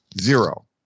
Zero